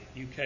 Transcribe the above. UK